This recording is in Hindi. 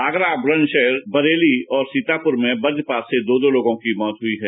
आगरा बुलन्दराहर बरेली और सीतापुर में ब्रजपात से दो दो लोगों की मौत हुई है